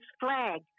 flag